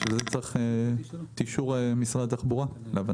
להבנתי, בשביל זה צריך את אישור משרד התחבורה.